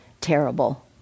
terrible